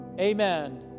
Amen